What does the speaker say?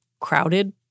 crowded